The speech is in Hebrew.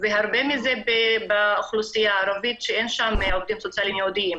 הרבה מזה באוכלוסייה הערבית שאין שם עובדים סוציאליים ייעודיים.